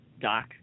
Doc